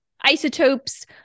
isotopes